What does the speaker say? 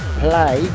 play